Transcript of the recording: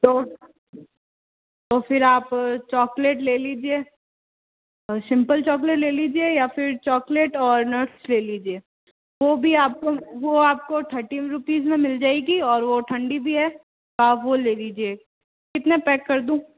तो तो फिर आप चॉकलेट ले लीजिए सिम्पल चॉकलेट ले लीजिए या फिर चॉकलेट और नट्स ले लीजिए वो भी आपको वो आपको थर्टीन रूपीज़ में मिल जाएगी और वो ठंडी भी है आप वो ले लीजिए कितने पैक कर दूँ